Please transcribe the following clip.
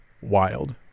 wild